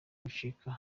bicika